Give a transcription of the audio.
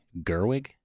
Gerwig